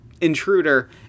intruder